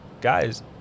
guys